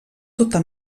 tota